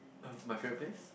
uh my favourite place